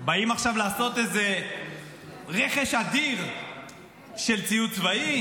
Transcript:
באים עכשיו לעשות איזה רכש אדיר של ציוד צבאי,